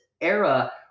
era